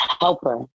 helper